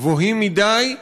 גבוהים מדי,